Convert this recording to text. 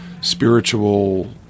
spiritual